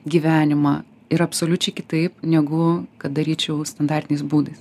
gyvenimą yra absoliučiai kitaip negu kad daryčiau standartiniais būdai